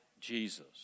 Jesus